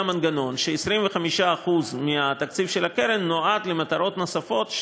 מנגנון ש-25% מהתקציב של הקרן נועדו למטרות נוספות,